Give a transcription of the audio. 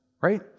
right